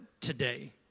today